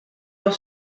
dans